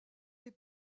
des